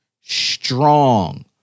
strong